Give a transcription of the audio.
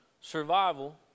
survival